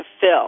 fill